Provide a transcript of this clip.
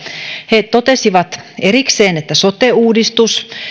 he totesivat erikseen että sote uudistus